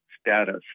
status